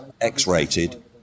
X-rated